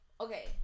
Okay